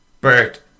Bert